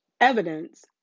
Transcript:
Evidence